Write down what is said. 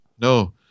no